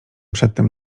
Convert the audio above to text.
przedtem